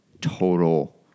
total